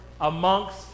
amongst